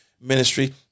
ministry